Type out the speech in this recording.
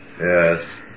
Yes